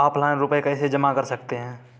Offline रुपये कैसे जमा कर सकते हैं?